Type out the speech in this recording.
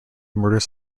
murders